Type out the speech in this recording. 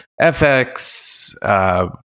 FX